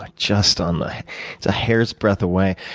like just on the it's a hair's breadth away.